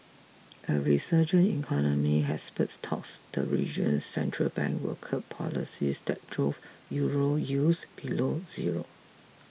a resurgent economy has spurred talks the region's central bank will curb policies that drove euro yields below zero